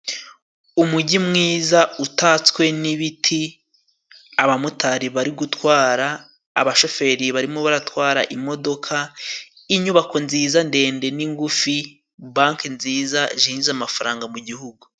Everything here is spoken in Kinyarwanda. Umujyi mwiza utatswe n'ibiti, abamotari bari gutwara, abashoferi barimo baratwara imodoka, inyubako nziza ndende n'ingufi banke nziza zinjiza amafaranga mu gihugu.